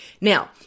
Now